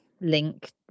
link